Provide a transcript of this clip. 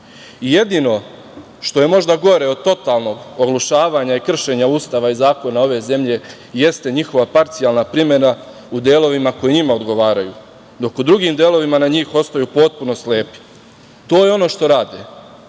Jedino što je možda gore od totalnog oglušavanja i kršenja Ustava i zakona ove zemlje jeste njihova parcijalna primena u delovima koji njima odgovaraju, dok u drugim delovima na njih ostaju potpuno slepi. To je ono što rade